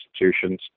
institutions